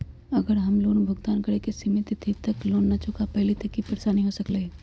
अगर हम लोन भुगतान करे के सिमित तिथि तक लोन न चुका पईली त की की परेशानी हो सकलई ह?